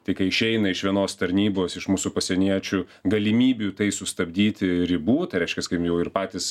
tai kai išeina iš vienos tarnybos iš mūsų pasieniečių galimybių tai sustabdyti ribų reiškias kaip jau ir patys